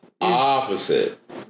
opposite